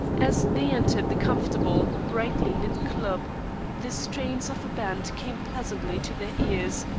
as they entered the comfortable, brightly lit club the strains of a band came pleasantly to their ears,